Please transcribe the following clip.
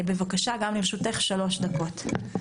בבקשה, גם לרשותך שלוש דקות.